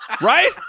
Right